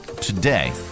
today